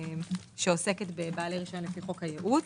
שעוסקת בבעלי רשיון לפי חוק הייעוץ.